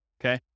okay